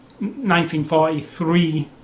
1943